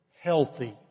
healthy